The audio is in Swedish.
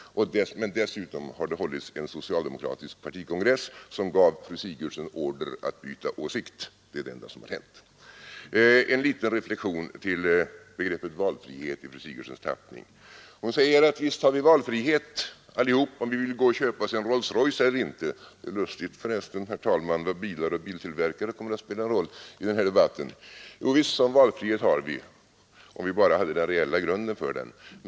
Men dessutom har det hållits en socialdemokratisk partikongress, som gav fru Sigurdsen order att byta åsikt. Det är det enda som har hänt. Jag vill göra en liten reflexion till begreppet valfrihet i fru Sigurdsens tappning. Hon säger att visst har vi valfrihet allihop, om vi vill köpa oss en Rolls Royce eller inte. Det är lustigt för resten, herr talman, vad bilar och biltillverkare har kommit att spela en roll i denna debatt. Jo visst, sådan valfrihet har vi, om vi bara hade den reella grunden för den.